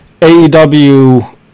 AEW